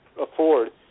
afford